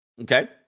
Okay